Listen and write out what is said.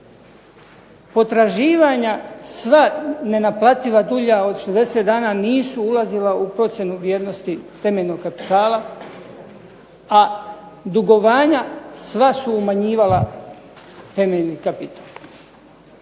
potraživanja sva nenaplativa dulja od 60 dana nisu ulazila u procjenu vrijednosti temeljnog kapitala, a dugovanja sva su umanjivala temeljni kapital.